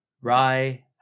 Rye